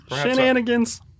shenanigans